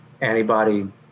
antibody